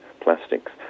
plastics